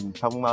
trong